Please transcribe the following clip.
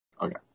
Okay